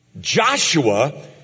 Joshua